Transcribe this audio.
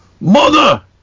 Mother